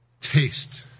Taste